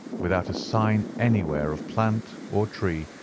without a sign anywhere of plant or tree,